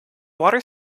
water